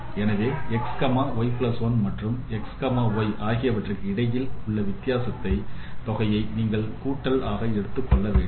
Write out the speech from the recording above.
எனவே x y1 மற்றும் x y ஆகியவற்றிற்கு இடையில் உள்ள வித்தியாசத் தொகையை நீங்கள் கூட்டல் ஆக எடுத்துக் கொள்ள வேண்டும்